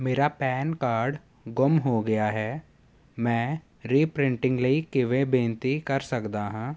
ਮੇਰਾ PAN card ਗੁੰਮ ਹੋ ਗਿਆ ਹੈ ਮੈਂ ਰੀਪ੍ਰਿੰਟਿੰਗ ਲਈ ਕਿਵੇਂ ਬੇਨਤੀ ਕਰ ਸਕਦਾ ਹਾਂ